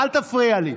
אל תפריע לי.